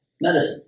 medicine